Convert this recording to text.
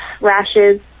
rashes